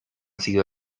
sido